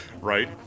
Right